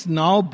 now